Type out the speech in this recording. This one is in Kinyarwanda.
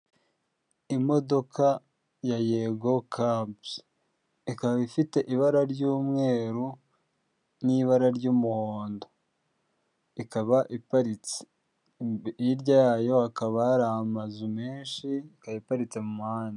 Imodoka ya yego cabs, ikaba ifite ibara ry'umweru n'ibara ry'umuhondo, ikaba iparitse. Hirya yayo hakaba hari amazu menshi, ikaba iparitse mu muhanda.